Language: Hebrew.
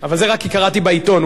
אבל זה, רק כי קראתי בעיתון.